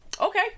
Okay